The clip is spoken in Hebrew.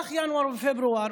במהלך ינואר ופברואר